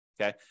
Okay